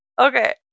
Okay